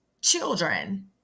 children